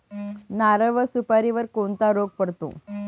नारळ व सुपारीवर कोणता रोग पडतो?